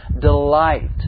delight